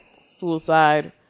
suicide